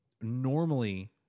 normally